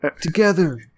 together